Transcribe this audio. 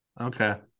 okay